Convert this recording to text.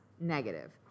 negative